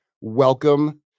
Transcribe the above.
Welcome